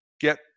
get